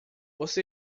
você